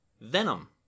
Venom